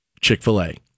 Chick-fil-A